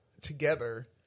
together